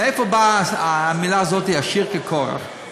מאיפה באה המילה הזאת, עשיר כקורח?